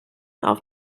auf